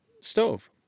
stove